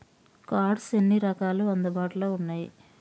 Cards ఎన్ని రకాలు అందుబాటులో ఉన్నయి?